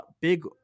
big